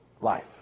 life